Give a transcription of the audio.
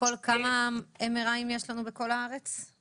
כמה MRI יש לנו בכל הארץ בסך הכל?